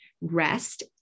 rest